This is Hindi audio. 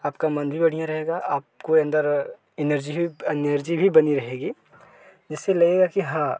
आपका मन भी बढ़िया रहेगा आपको अंदर एनर्जी भी एनर्जी भी बनी रहेगी जिससे लगेगा कि हाँ